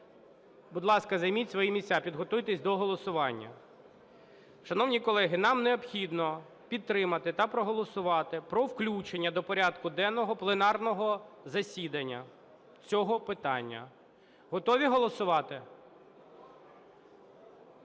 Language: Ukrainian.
Будь ласка, займіть свої місця, підготуйтесь до голосування. Шановні колеги, нам необхідно підтримати та проголосувати про включення до порядку денного пленарного засідання цього питання. Готові голосувати?